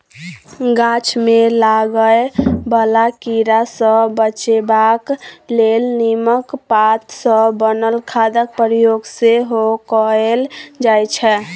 गाछ मे लागय बला कीड़ा सँ बचेबाक लेल नीमक पात सँ बनल खादक प्रयोग सेहो कएल जाइ छै